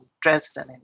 Dresden